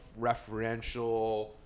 referential